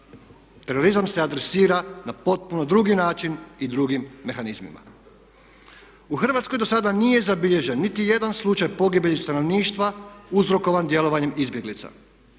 Terorizam se adresira na potpuno drugi način i drugim mehanizmima. U Hrvatskoj dosada nije zabilježen nitijedan slučaj pogibelji stanovništva uzrokovan djelovanjem izbjeglica.